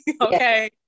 okay